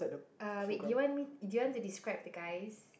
uh wait you want me do you want me to describe the guys